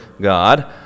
God